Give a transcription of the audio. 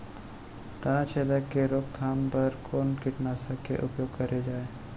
तनाछेदक के रोकथाम बर कोन कीटनाशक के उपयोग करे जाये?